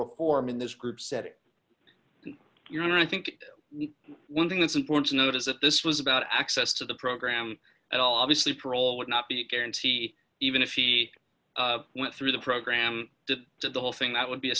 reform in this group setting you know i think one thing that's important to note is that this was about access to the program at all obviously parole would not be a guarantee even if he went through the program to the whole thing that would be a